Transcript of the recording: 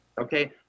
okay